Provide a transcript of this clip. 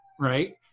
right